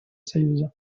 союза